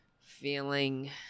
feeling